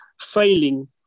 failing